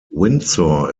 windsor